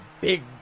big